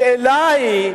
השאלה היא,